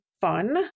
fun